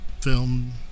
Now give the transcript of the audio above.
film